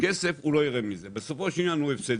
כסף הוא לא יראה מזה ובסופו של דבר הוא הפסדי.